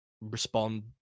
respond